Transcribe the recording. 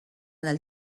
del